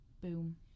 boom